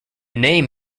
name